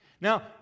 now